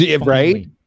Right